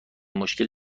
مشکل